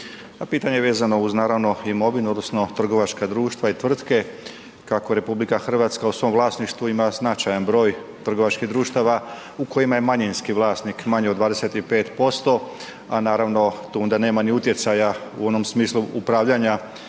pitanje je vezano uz naravno imovinu odnosno trgovačka društva i tvrtke, kako RH u svom vlasništvu ima značajan broj trgovačkih društava u kojima je manjinski vlasnik manje od 25%, a naravno tu onda nema ni utjecaja u onom smislu upravljanja